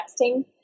texting